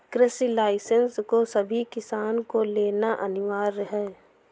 कृषि लाइसेंस को सभी किसान को लेना अनिवार्य है